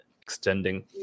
extending